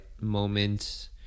moment